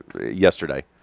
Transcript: yesterday